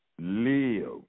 live